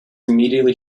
immediately